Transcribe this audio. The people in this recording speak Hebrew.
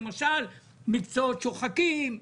למשל מקצועות שוחקים,